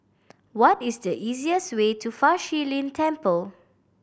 what is the easiest way to Fa Shi Lin Temple